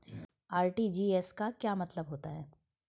RTGS का क्या मतलब होता है?